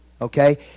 okay